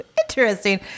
interesting